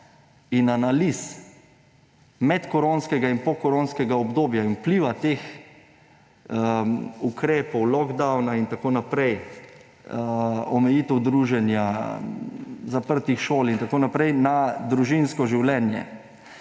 in analiz medkoronskega in pokoronskega obdobja in vpliva teh ukrepov, lockdowna, omejitev druženja, zaprtih šol in tako naprej na družinsko življenje.